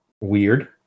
weird